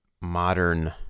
modern